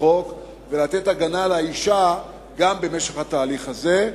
בחוק ולתת הגנה לאשה גם במשך התהליך הזה.